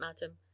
madam